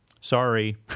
Sorry